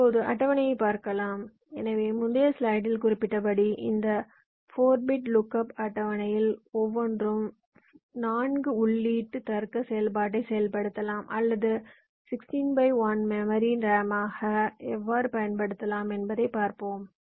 இப்போது அட்டவணையைப் பார்க்கலாம் எனவே முந்தைய ஸ்லைடில் குறிப்பிட்டபடி இந்த 4 பிட் லுக்அப் அட்டவணையில் ஒவ்வொன்றும் 4 உள்ளீட்டு தர்க்க செயல்பாட்டை செயல்படுத்தலாம் அல்லது 16 by 1 மெமரி ரேமாக எவ்வாறு பயன்படுத்தலாம் என்பதைப் பார்ப்போம்